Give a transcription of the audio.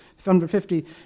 150